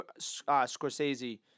Scorsese